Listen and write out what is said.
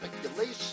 speculation